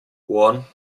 one